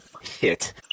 hit